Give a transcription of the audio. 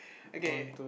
okay